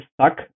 stuck